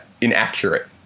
inaccurate